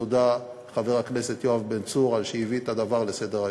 תודה לחבר הכנסת יואב בן צור על שהביא את הדבר לסדר-היום.